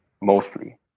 mostly